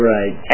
Right